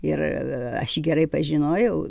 ir aš jį gerai pažinojau